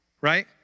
Right